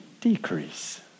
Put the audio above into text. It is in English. decrease